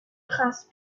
prince